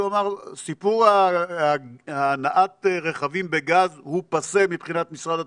הוא אמר שסיפור הנעת רכבים בגז הוא פאסה מבחינת משרד התחבורה.